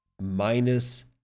minus